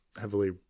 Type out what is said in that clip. heavily